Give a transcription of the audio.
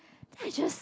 then I just